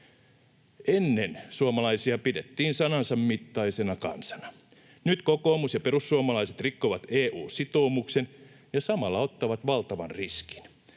Ennen suomalaisia pidettiin sanansa mittaisena kansana. Nyt kokoomus ja perussuomalaiset rikkovat EU-sitoumuksen ja samalla ottavat valtavan riskin.